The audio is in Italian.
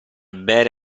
bere